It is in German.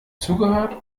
zugehört